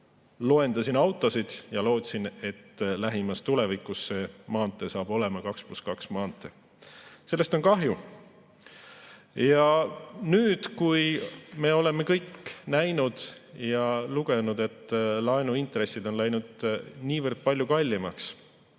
loendasin autosid ja lootsin, et lähimas tulevikus see maantee saab olema 2 + 2 maantee. Sellest on kahju. Nüüd, kui me oleme kõik näinud ja lugenud, et laenuintressid on läinud niivõrd palju kallimaks,